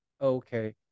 Okay